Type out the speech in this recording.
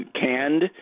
canned